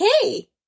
hey